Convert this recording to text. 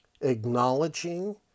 acknowledging